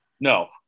no